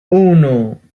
uno